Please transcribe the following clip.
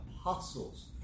apostles